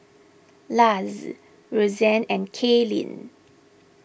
Luz Roxanne and Kaelyn